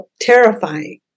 terrifying